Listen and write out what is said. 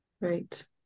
Right